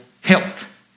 health